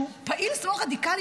שהוא פעיל שמאל רדיקלי,